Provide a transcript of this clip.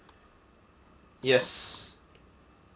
yes